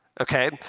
okay